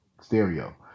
stereo